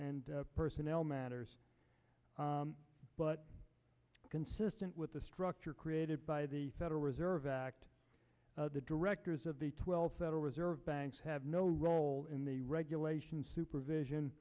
d personnel matters but consistent with the structure created by the federal reserve act the directors of the twelve federal reserve banks have no role in the regulation supervision